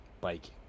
bike